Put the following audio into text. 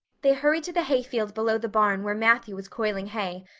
they hurried to the hayfield below the barn where matthew was coiling hay,